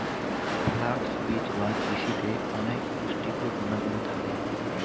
flax বীজ বা তিসিতে অনেক পুষ্টিকর গুণাগুণ থাকে